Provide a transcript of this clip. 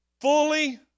fully